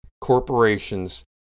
corporations